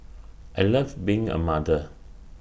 I love being A mother